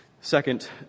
Second